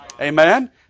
Amen